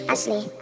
Ashley